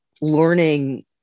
learning